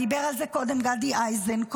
ודיבר על זה קודם גדי איזנקוט,